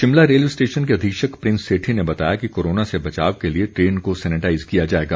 Shimla railway station के अधीक्षक प्रिंस सेठी ने बताया कि कोरोना से बचाव के लिए ट्रेन को सैनिटाइज किया जाएगा